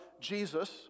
Jesus